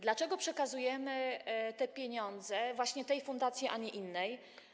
Dlaczego przekazujemy te pieniądze właśnie tej fundacji, a nie innej?